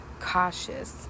cautious